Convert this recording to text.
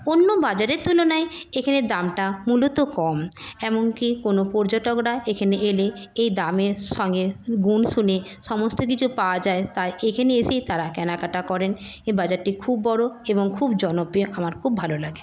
অন্য বাজারের তুলনায় এখানে দামটা মূলত কম এমনকি কোনো পর্যটকরা এখেনে এলে এই দামের সঙ্গে গুণ শুনে সমস্ত কিছু পাওয়া যায় তাই এখেনে এসেই তারা কেনাকাটা করেন এই বাজারটি খুব বড়ো এবং খুব জনপ্রিয় আমার খুব ভালো লাগে